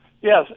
Yes